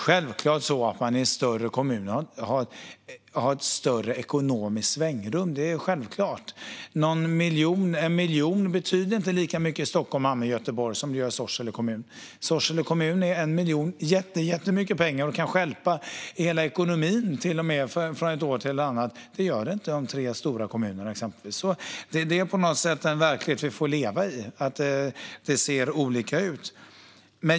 Självfallet har man ett större ekonomiskt svängrum i en större kommun. 1 miljon betyder inte lika mycket i Stockholm, Malmö och Göteborg som den gör i Sorsele kommun. I Sorsele är 1 miljon jättemycket pengar och kan till och med stjälpa hela ekonomin från ett år till ett annat. Det gör det inte i exempelvis de tre största kommunerna. Det är en verklighet vi får leva med. Det ser olika ut.